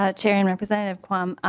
ah chair and representative quam